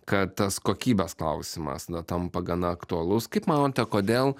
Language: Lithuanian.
kad tas kokybės klausimas na tampa gana aktualus kaip manote kodėl